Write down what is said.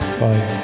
five